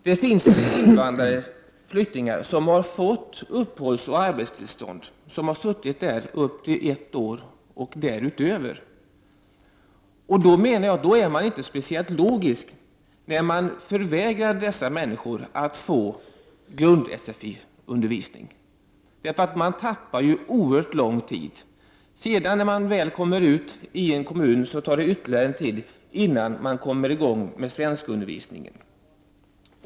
Det finns flyktingar som har fått uppehållsoch arbetstillstånd, vilka har suttit på förläggningar upp till ett år och längre. Då menar jag att man inte är speciellt logisk när man förvägrar dessa människor grund-sfi-undervisning. Därigenom förlorar de oerhört mycket tid. När dessa människor väl kommer ut i en kommun tar det ytterligare tid innan de kommer i gång med svenskundervisningen.